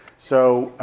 so